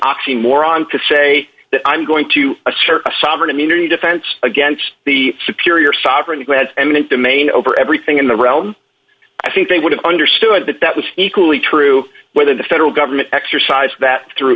oxymoron to say that i'm going to assert a sovereign immunity defense against the superior sovereignty has eminent domain over everything in the realm i think they would have understood that that was equally true whether the federal government exercised that through